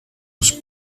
was